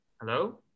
Hello